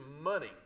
money